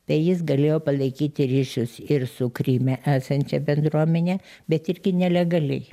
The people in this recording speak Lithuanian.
tai jis galėjo palaikyti ryšius ir su kryme esančia bendruomene bet irgi nelegaliai